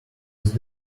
these